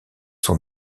sont